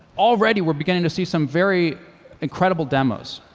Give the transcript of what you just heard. already we're beginning to see some very incredible demos.